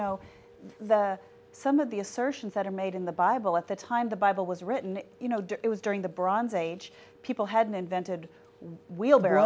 know the some of the assertions that are made in the bible at the time the bible was written you know it was during the bronze age people hadn't invented wheelbarrow